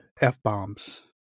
F-bombs